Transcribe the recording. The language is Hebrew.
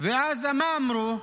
ואז מה אמרו?